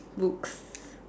books